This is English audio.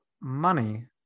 money